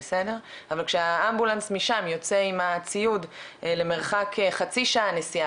אבל כשהאמבולנס משם יוצא עם הציוד למרחק חצי שעה נסיעה